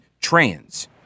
trans